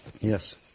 Yes